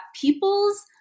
people's